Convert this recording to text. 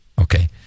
Okay